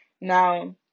Now